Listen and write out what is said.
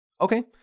Okay